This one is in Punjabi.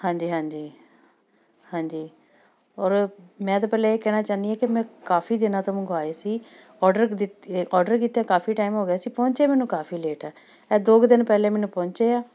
ਹਾਂਜੀ ਹਾਂਜੀ ਹਾਂਜੀ ਔਰ ਮੈਂ ਤਾਂ ਪਹਿਲਾਂ ਇਹ ਕਹਿਣਾ ਚਾਹੁੰਦੀ ਹਾਂ ਕਿ ਮੈਂ ਕਾਫੀ ਦਿਨਾਂ ਤੋਂ ਮੰਗਵਾਏ ਸੀ ਔਡਰ ਦਿੱਤ ਔਡਰ ਕੀਤਿਆ ਕਾਫੀ ਟਾਈਮ ਹੋ ਗਿਆ ਸੀ ਪਹੁੰਚੇ ਮੈਨੂੰ ਕਾਫੀ ਲੇਟ ਹੈ ਇਹ ਦੋ ਕੁ ਦਿਨ ਪਹਿਲੇ ਮੈਨੂੰ ਪਹੁੰਚੇ ਆ